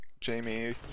Jamie